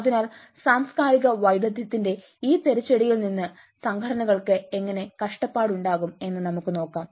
അതിനാൽ സാംസ്കാരിക വൈദഗ്ധ്യത്തിന്റെ ഈ തിരിച്ചടിയിൽ നിന്ന് സംഘടനകൾക്ക് എങ്ങനെ കഷ്ടപ്പാട് ഉണ്ടാകും എന്ന് നമുക്ക് നോക്കാം